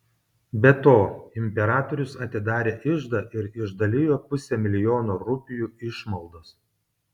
be to imperatorius atidarė iždą ir išdalijo pusę milijono rupijų išmaldos